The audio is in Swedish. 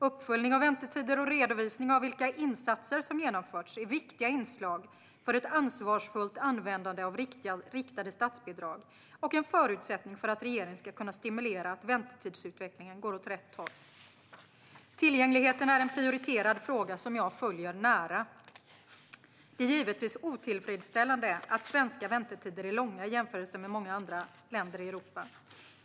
Uppföljning av väntetider och redovisning av vilka insatser som genomförts är viktiga inslag för ett ansvarsfullt användande av riktade statsbidrag och en förutsättning för att regeringen ska kunna stimulera att väntetidsutvecklingen går åt rätt håll. Tillgängligheten är en prioriterad fråga som jag följer nära. Det är givetvis otillfredsställande att svenska väntetider är långa i jämförelse med många andra länder i Europa.